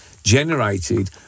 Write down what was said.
generated